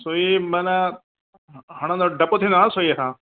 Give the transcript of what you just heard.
छो सुई माना हणंदो डपु थींदो आहे न सुईअ खां